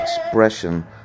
expression